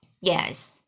Yes